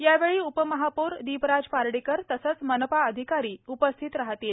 यावेळी उपमहापौर दीपराज पार्डीकर तसंच मनपा अधिकारी उपस्थित राहतील